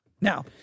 Now